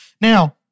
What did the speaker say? Now